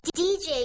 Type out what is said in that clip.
dj